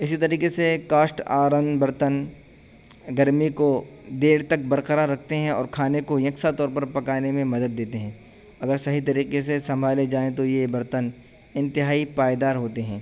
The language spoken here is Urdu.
اسی طریقے سے کاسٹ آرنگ برتن گرمی کو دیر تک برقرار رکھتے ہیں اور کھانے کو یکساں طور پر پکانے میں مدد دیتے ہیں اگر صحیح طریقے سے سنبھالے جائیں تو یہ برتن انتہائی پائیدار ہوتے ہیں